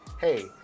hey